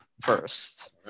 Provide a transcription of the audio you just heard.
First